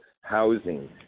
housing